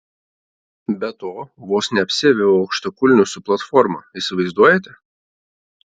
be to vos neapsiaviau aukštakulnių su platforma įsivaizduojate